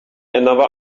another